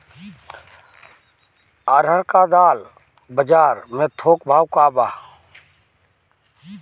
अरहर क दाल बजार में थोक भाव का बा?